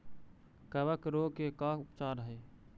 कबक रोग के का उपचार है?